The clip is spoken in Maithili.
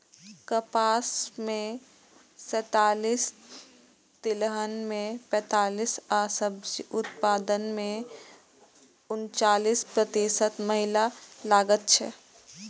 कपास मे सैंतालिस, तिलहन मे पैंतालिस आ सब्जी उत्पादन मे उनचालिस प्रतिशत महिला लागल छै